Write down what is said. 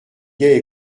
gaie